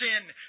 Sin